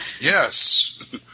Yes